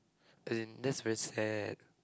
as in that's very sad